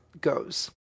goes